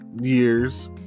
years